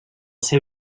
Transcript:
seu